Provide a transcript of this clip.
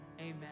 amen